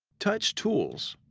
touch tools.